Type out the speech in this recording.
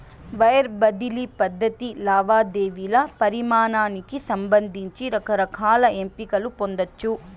wire బదిలీ పద్ధతి లావాదేవీల పరిమానానికి సంబంధించి రకరకాల ఎంపికలు పొందచ్చు